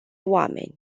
oameni